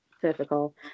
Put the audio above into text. difficult